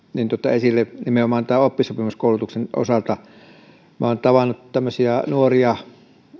esille nimenomaan tämän oppisopimuskoulutuksen osalta minä olen tavannut tämmöisiä nuoria